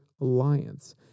alliance